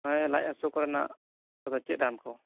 ᱦᱮᱸ ᱞᱟᱡ ᱦᱟᱹᱥᱩ ᱠᱚᱨᱮᱱᱟᱜ ᱟᱫᱚ ᱪᱮᱫ ᱨᱟᱱ ᱠᱚ